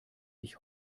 ich